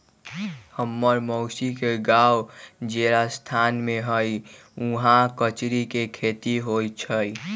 हम्मर मउसी के गाव जे राजस्थान में हई उहाँ कचरी के खेती होई छई